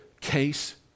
Case